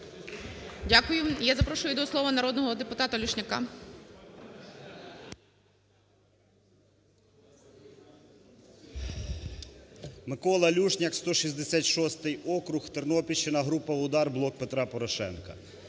Дякую. Я запрошую до слова народного депутатаЛюшняка.